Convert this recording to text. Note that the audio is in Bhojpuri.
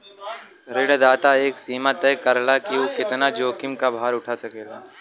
ऋणदाता एक सीमा तय करला कि उ कितना जोखिम क भार उठा सकेला